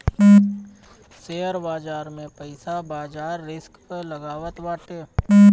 share बाजार में पईसा बाजार रिस्क पअ लागत बाटे